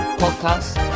podcast